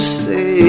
say